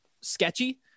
sketchy